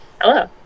Hello